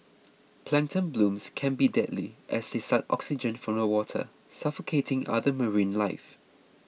plankton blooms can be deadly as they suck oxygen from the water suffocating other marine life